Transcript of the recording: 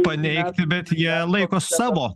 paneigti bet jie laikos savo